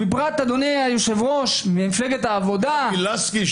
ובפרט אדוני היושב-ראש ממפלגת העבודה -- גבי לסקי.